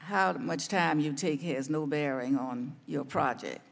how much time you take is no bearing on your project